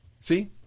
See